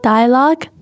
Dialogue